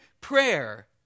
prayer